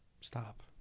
Stop